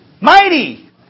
Mighty